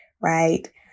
Right